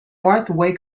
waco